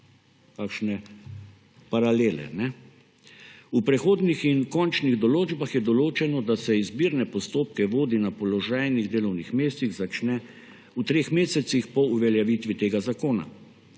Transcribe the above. Kakšne paralele. V prehodnih in končnih določbah je določeno, da se izbirne postopke vodij na položajnih delovnih mestih začne v treh mesecih po uveljavitvi tega zakona.